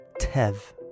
Tev